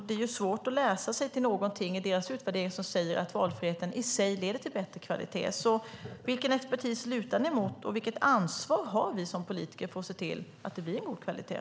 Det är svårt att läsa sig till någonting i deras utvärdering som säger att valfriheten i sig leder till bättre kvalitet. Vilken expertis lutar ni er mot när ni säger detta, och vilket ansvar har vi som politiker för att se till att det blir en god kvalitet?